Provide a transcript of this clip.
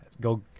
go